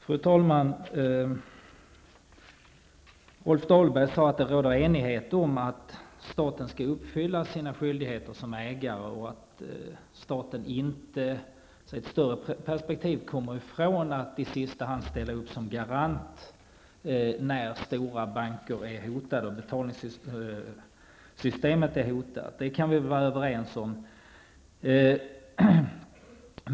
Fru talman! Rolf Dahlberg sade att det rådde enighet om att staten skall uppfylla sina skyldigheter som ägare och att staten i ett större perspektiv inte kommer ifrån att i sista hand ställa upp som garant när stora banker och deras betalningssystem är hotade. Det är något som vi kan vara överens om.